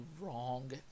wrong